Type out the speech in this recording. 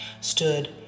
stood